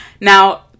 Now